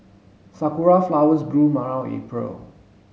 sakura flowers bloom around April